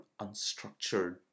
unstructured